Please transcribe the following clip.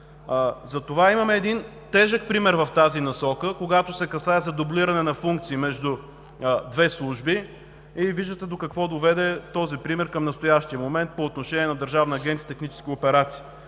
За това имаме един тежък пример в тази насока, когато се касае за дублиране на функции между две служби. Вие виждате до какво доведе този пример към настоящия момент по отношение на Държавната агенция „Технически операции“.